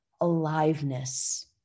aliveness